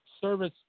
service